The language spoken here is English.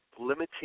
limiting